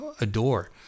adore